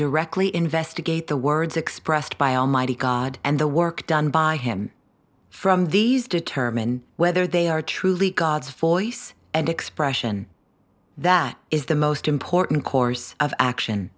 directly investigate the words expressed by almighty god and the work done by him from these determine whether they are truly god's voice and expression that is the most important course of action